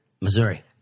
Missouri